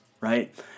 right